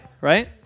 right